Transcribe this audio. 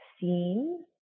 seen